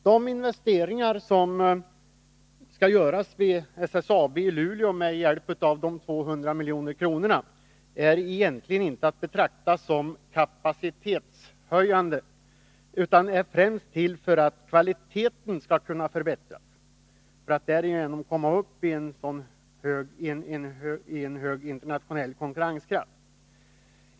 De investeringar som skall göras i SSAB i Luleå med hjälp av 200 milj.kr. är egentligen inte att betrakta som kapacitetshöjande utan är främst till för att 135 kvaliteten skall kunna förbättras för att man därigenom skall komma upp i hög internationell konkurrenskraft.